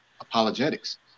apologetics